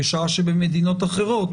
בשעה שבמדינות אחרות,